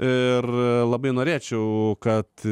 ir labai norėčiau kad